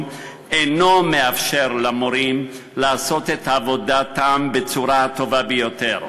אינו מאפשר להם לעשות את עבודתם בצורה הטובה ביותר,